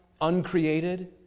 uncreated